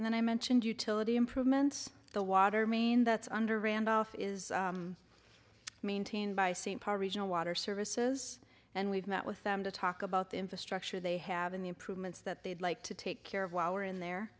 and then i mentioned utility improvements the water main that's under randolph is maintained by st paul regional water services and we've met with them to talk about the infrastructure they have in the improvements that they'd like to take care of while we're in